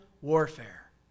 warfare